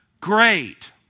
Great